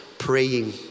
Praying